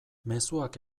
mezuak